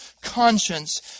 conscience